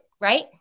right